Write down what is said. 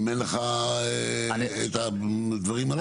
אם אין לך את הדברים הללו.